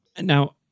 Now